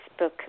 Facebook